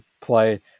play